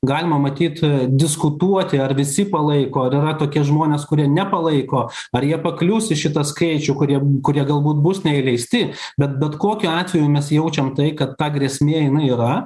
galima matyt diskutuoti ar visi palaiko ar yra tokie žmonės kurie nepalaiko ar jie paklius į šitą skaičių kuriem kurie galbūt bus neįleisti bet bet kokiu atveju mes jaučiam tai kad ta grėsmė jinai yra